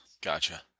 Gotcha